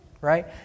right